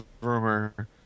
rumor